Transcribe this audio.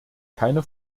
keine